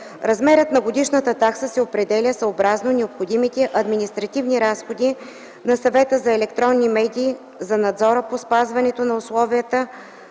Размерът на годишната такса се определя, съобразно необходимите административни разходи на Съвета за електронни медии за надзора по спазването на условията